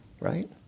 right